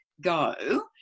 go